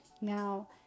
Now